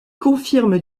confirme